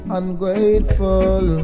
ungrateful